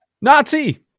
Nazi